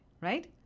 right